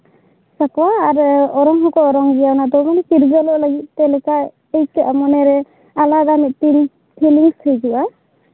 ᱥᱟᱠᱣᱟ ᱟᱨ ᱚᱨᱚᱝ ᱦᱚᱸᱠᱚ ᱚᱨᱚᱝ ᱜᱮᱭᱟ ᱚᱱᱟᱫᱚ ᱪᱤᱨᱜᱟᱹᱞᱚᱜ ᱞᱟᱹᱜᱤᱫᱛᱮ ᱞᱮᱠᱟ ᱟᱹᱭᱠᱟᱹᱜᱼᱟ ᱢᱚᱱᱮᱨᱮ ᱟᱞᱟᱫᱟ ᱢᱤᱫᱴᱤᱱ ᱯᱷᱤᱞᱤᱝᱥ ᱦᱤᱡᱩᱜᱼᱟ